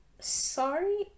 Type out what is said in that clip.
sorry